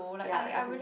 ya as in